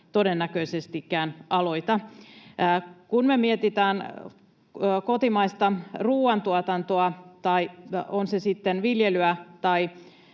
todennäköisestikään aloita. Kun me mietitään kotimaista ruoantuotantoa, on se sitten viljelyä tai